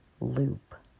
loop